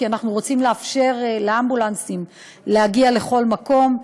כי אנחנו רוצים לאפשר לאמבולנסים להגיע לכל מקום,